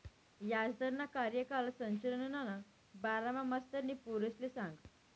याजदरना कार्यकाय संरचनाना बारामा मास्तरनी पोरेसले सांगं